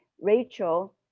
Rachel